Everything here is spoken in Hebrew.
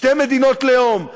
שתי מדינות לאום,